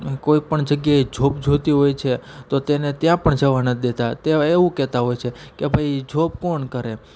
કોઈપણ જગ્યાએ જોબ જોઈતી હોય છે તો તેને ત્યાં પણ જવા નથી દેતા તેઓ એવું કહેતા હોય છે કે ભાઈ જોબ કોણ કરે